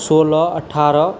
सोलह अठ्ठारह